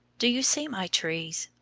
do you see my trees?